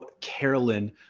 Carolyn